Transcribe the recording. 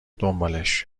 دنبالش